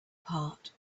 part